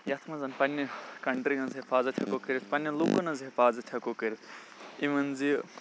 یَتھ منٛز پنٛنہِ کَنٹِرٛی ہٕنٛز حفاظت ہٮ۪کو کٔرِتھ پنٛنٮ۪ن لوٗکَن ہٕنٛز حِفاظت ہٮ۪کو کٔرِتھ یِمَن زِ